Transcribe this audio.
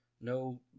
no